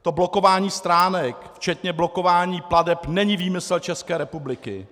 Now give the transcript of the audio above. To blokování stránek včetně blokování plateb není výmysl České republiky.